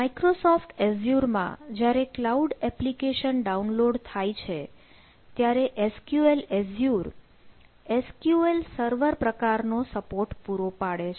Microsoft Azure માં જ્યારે cloud application download થાય છે ત્યારે SQL એઝ્યુર SQL સર્વર પ્રકાર નો સપોર્ટ પૂરો પાડે છે